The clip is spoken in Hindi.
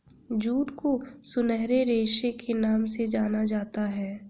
जूट को सुनहरे रेशे के नाम से जाना जाता है